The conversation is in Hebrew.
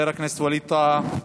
חבר הכנסת ווליד טאהא,